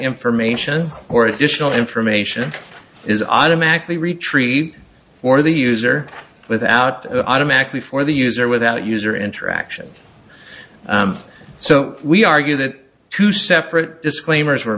information or efficient information is automatically retreat for the user without automatically for the user without user interaction so we argue that two separate disclaimers were